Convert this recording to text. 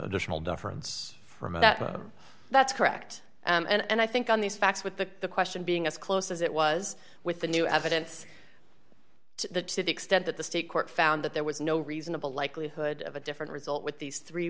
additional deference from that that's correct and i think on these facts with the question being as close as it was with the new evidence to the to the extent that the state court found that there was no reasonable likelihood of a different result with these three